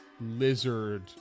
lizard